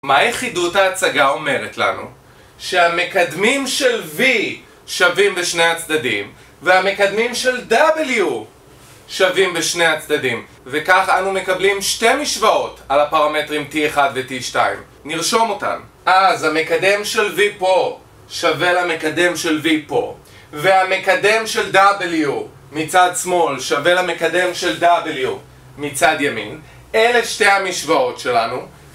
מה יחידות ההצגה אומרת לנו? שהמקדמים של v שווים בשני הצדדים והמקדמים של w שווים בשני הצדדים וכך אנו מקבלים שתי משוואות על הפרמטרים t1 וt2. נרשום אותן. אז המקדם של v פה שווה למקדם של v פה והמקדם של w מצד שמאל שווה למקדם של w מצד ימין, אלה שתי המשוואות שלנו